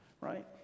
right